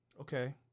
Okay